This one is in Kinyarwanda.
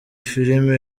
filime